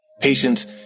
Patience